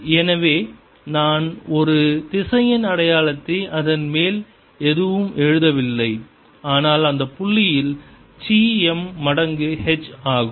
எனவே நான் ஒரு திசையன் அடையாளத்தை அதன் மேல் எதுவும் எழுதவில்லை ஆனால் அந்த புள்ளியில் சி m மடங்கு h ஆகும்